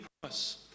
promise